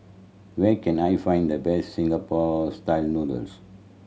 where can I find the best Singapore Style Noodles